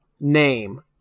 Name